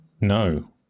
No